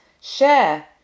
share